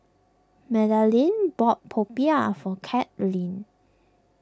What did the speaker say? Madalynn bought Popiah for Carlyn